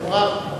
ברצון רב.